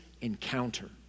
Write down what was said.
encounter